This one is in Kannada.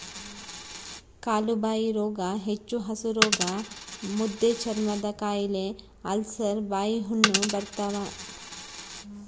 ಕಾಲುಬಾಯಿರೋಗ ಹುಚ್ಚುಹಸುರೋಗ ಮುದ್ದೆಚರ್ಮದಕಾಯಿಲೆ ಅಲ್ಸರ್ ಬಾಯಿಹುಣ್ಣು ಬರ್ತಾವ